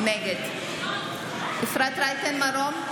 נגד אפרת רייטן מרום,